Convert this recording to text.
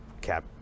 cap